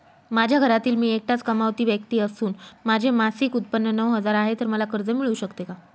माझ्या घरातील मी एकटाच कमावती व्यक्ती असून माझे मासिक उत्त्पन्न नऊ हजार आहे, तर मला कर्ज मिळू शकते का?